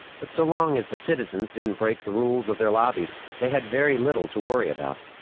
but so long as the citizens didn't break the rules of their lobbies, they had very little to worry about.